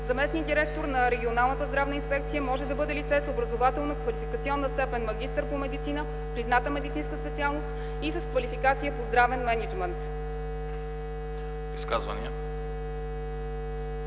Заместник-директор на регионална здравна инспекция може да бъде лице с образователно-квалификационна степен „магистър” по медицина, призната медицинска специалност и с квалификация по здравен мениджмънт.”